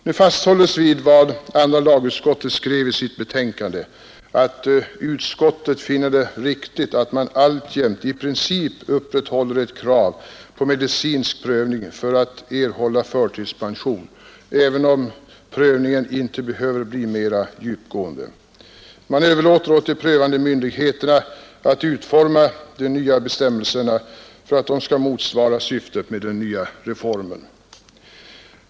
Nu fasthålles vid vad andra lagutskottet skrev i sitt betänkande: Utskottet finner det riktigt att det alltjämt i princip upprätthålles ett krav på medicinsk prövning för att erhålla förtidspension, även om prövningen inte behöver bli mera djupgående. Man överlåter åt de prövande myndigheterna att utforma de nya bestämmelserna för att de skall motsvara syftet med reformen.